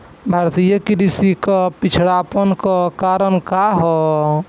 भारतीय कृषि क पिछड़ापन क कारण का ह?